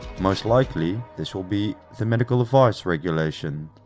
most likely this will be the medical device regulation,